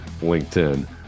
LinkedIn